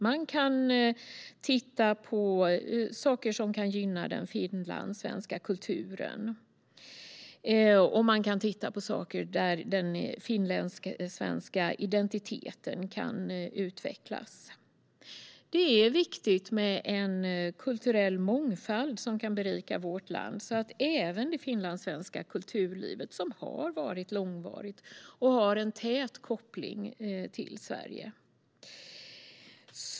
Man kan titta på saker som kan gynna den finlandssvenska kulturen och utveckla den finlandssvenska identiteten. Det är viktigt med kulturell mångfald som kan berika vårt land, även det finlandssvenska kulturlivet, som har varit långvarigt och har en tät koppling till Sverige.